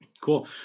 cool